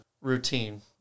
routine